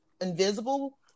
invisible